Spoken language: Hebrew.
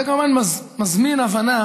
זה כמובן מזמין הבנה